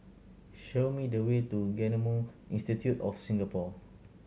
show me the way to Genome Institute of Singapore